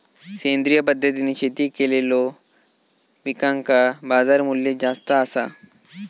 सेंद्रिय पद्धतीने शेती केलेलो पिकांका बाजारमूल्य जास्त आसा